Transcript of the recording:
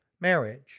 marriage